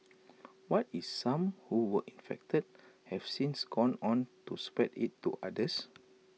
what if some who were infected have since gone on to spread IT to others